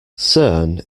cern